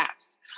apps